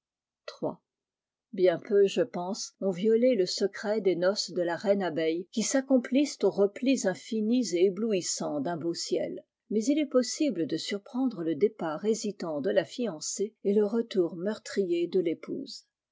bien peu je pense ont violé le secret des noces de la reine abeille qui s'accomplissent aux replis infinis et éblouissants d'un beau ciel mais il est possible de surprendre le départ hésitant de la fiancée et le retour meurtrier de l'épouse